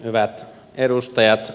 hyvät edustajat